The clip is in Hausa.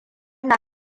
na